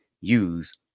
use